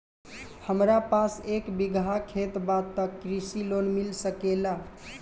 हमरा पास एक बिगहा खेत बा त कृषि लोन मिल सकेला?